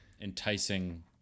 enticing